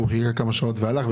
חיכה כמה שעות והלך,